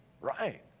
Right